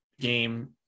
game